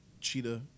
Cheetah